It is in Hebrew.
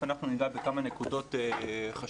אנחנו ניגע בכמה נקודות חשובות.